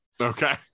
Okay